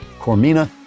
Cormina